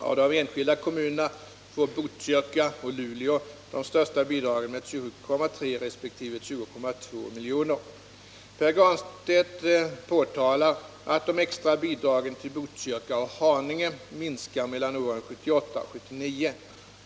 Av de enskilda kommunerna får Botkyrka och Luleå de största bidragen med 27,3 resp. 20,2 milj.kr. Pär Granstedt påtalar att de extra bidragen till Botkyrka och Haninge kommuner minskar mellan åren 1978 och 1979.